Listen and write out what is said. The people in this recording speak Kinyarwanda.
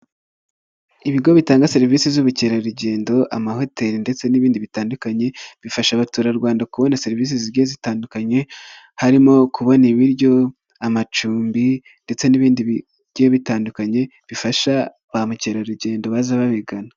Ibigo bitanga serivisi z'ubukerarugendo, amahoteli ndetse n'ibindi bitandukanye, bifasha abaturarwanda kubona serivisi zi zitandukanye, harimo kubona ibiryo, amacumbi ndetse n'ibindi bigiye bitandukanye, bifasha ba mukerarugendo baza babigana.